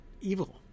evil